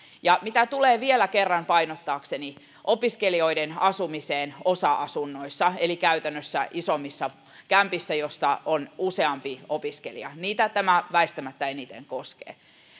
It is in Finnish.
mitä tulee vielä kerran painottaakseni opiskelijoiden asumiseen osa asunnoissa eli käytännössä isommissa kämpissä joissa on useampi opiskelija niitä tämä väistämättä eniten koskee